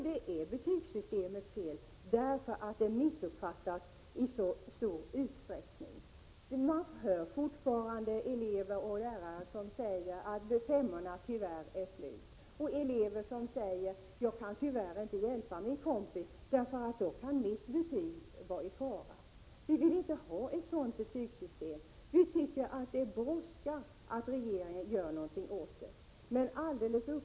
Det är betygssystemets fel, därför att det missuppfattas i så stor utsträckning. Man hör fortfarande elever och lärare som säger att femmorna tyvärr är slut och elever som säger: ”Jag kan tyvärr inte hjälpa min kompis, för då kan mitt betyg vara i fara.” Vi vill inte ha ett sådant betygssystem. Vi tycker att det brådskar att regeringen gör någonting åt det.